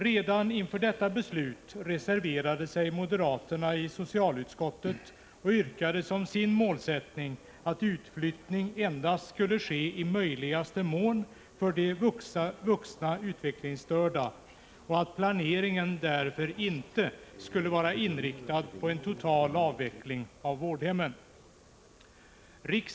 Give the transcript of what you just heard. Redan inför detta beslut reserverade sig moderaterna i socialutskottet och yrkade som sin målsättning att utflyttning skulle ske endast i möjligaste mån för de vuxna utvecklingsstörda och att planeringen därför inte skulle vara inriktad på en total avveckling av vårdhemmen.